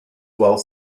while